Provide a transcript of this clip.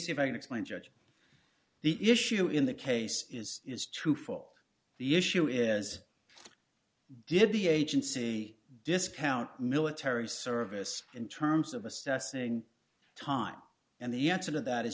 see if i can explain judge the issue in the case is is true for the issue is did the agency discount military service in terms of assessing time and the answer to that